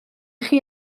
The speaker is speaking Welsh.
chi